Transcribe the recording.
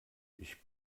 ich